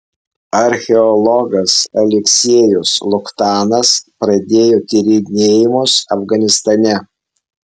archeologas aleksiejus luchtanas pradėjo tyrinėjimus afganistane